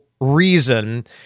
reason